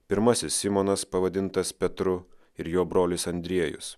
pirmasis simonas pavadintas petru ir jo brolis andriejus